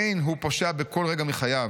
אין הוא פושע בכל רגע מחייו.